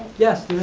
yes, there is.